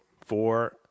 four